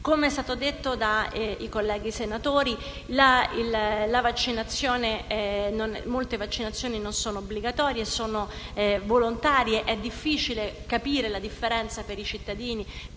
Come è stato detto dai colleghi senatori, molte vaccinazioni non sono obbligatorie, sono volontarie. È difficile per i cittadini